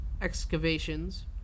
excavations